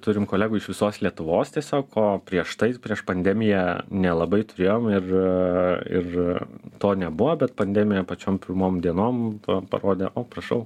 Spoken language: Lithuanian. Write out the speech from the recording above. turim kolegų iš visos lietuvos tiesiog o prieš tai prieš pandemiją nelabai turėjom ir ir to nebuvo bet pandemija pačiom pirmom dienom parodė o prašau